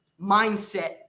mindset